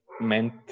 meant